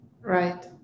Right